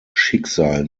schicksal